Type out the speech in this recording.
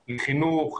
לחינוך,